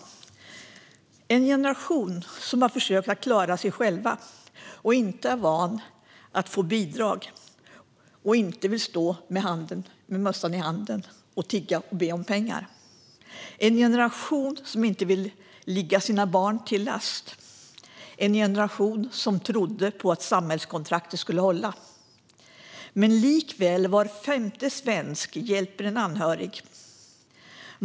Det är en generation som har försökt att klara sig själv, inte är van att få bidrag och inte vill stå med mössan i handen och tigga och be om pengar. Det är en generation som inte vill ligga sina barn till last. Det är generation som trodde att samhällskontraktet skulle hålla. Likväl hjälper var femte svensk en anhörig.